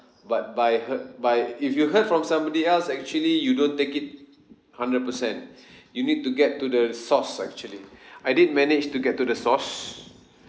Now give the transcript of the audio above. but by he~ by if you heard from somebody else actually you don't take it hundred percent you need to get to the source actually I did manage to get to the source